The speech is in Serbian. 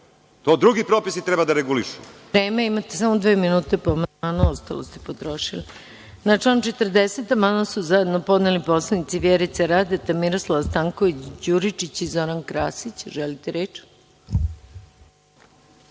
To drugi propisi treba da regulišu.